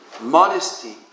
modesty